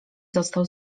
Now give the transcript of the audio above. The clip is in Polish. został